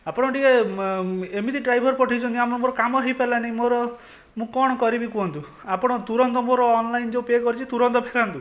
ଆପଣ ଟିକେ ଏମିତି ଡ୍ରାଇଭର ପଠାଇଛନ୍ତି ଆମର ମୋର କାମ ହୋଇପାରିଲା ନାହିଁ ମୋର ମୁଁ କଣ କରିବି କୁହନ୍ତୁ ଆପଣ ତୁରନ୍ତ ମୋର ଅନ୍ଲାଇନ୍ ଯେଉଁ ପେ କରିଛି ତୁରନ୍ତ ଫେରାନ୍ତୁ